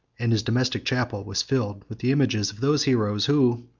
and his domestic chapel was filled with the images of those heroes, who,